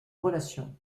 relation